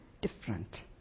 different